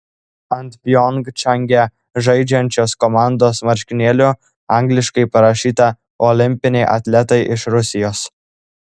ant pjongčange žaidžiančios komandos marškinėlių angliškai parašyta olimpiniai atletai iš rusijos